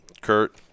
Kurt